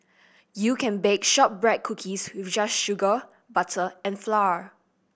you can bake shortbread cookies with just sugar butter and flour